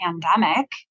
pandemic